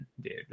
dude